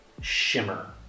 shimmer